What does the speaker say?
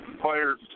players